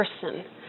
person